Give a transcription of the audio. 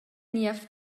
niev